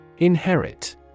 Inherit